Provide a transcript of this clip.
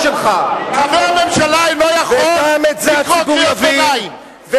חבר הממשלה לא יכול לקרוא קריאות ביניים.